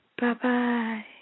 Bye-bye